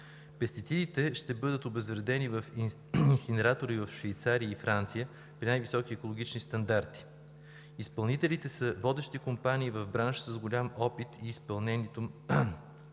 Пестицидите ще бъдат обезвредени в инсинератори в Швейцария и във Франция при най-високи екологични стандарти. Изпълнителите са водещи компании в бранша с голям опит и изпълнени